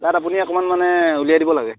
তাত আপুনি অকণমান মানে উলিয়াই দিব লাগে